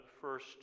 first